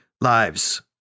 lives